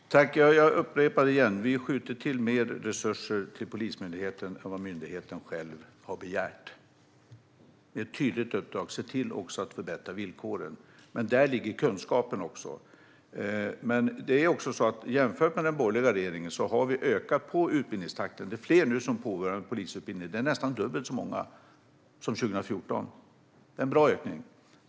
Fru talman! Jag upprepar det igen: Vi skjuter till mer resurser till Polismyndigheten än vad myndigheten själv har begärt. Vårt tydliga uppdrag är att man ska se till att förbättra villkoren. Men det är myndigheten som har kunskapen. Jämfört med den borgerliga regeringen har vi ökat utbildningstakten. Det är nu fler - nästan dubbelt så många som det var 2014 - som påbörjar en polisutbildning. Det är en stor ökning.